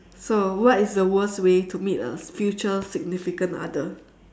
so what is the worst way to meet a future significant other